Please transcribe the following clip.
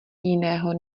jiného